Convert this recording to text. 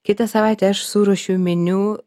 kitą savaitę aš suruošiu meniu